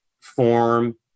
form